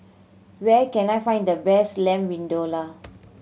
where can I find the best Lamb Vindaloo